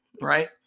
right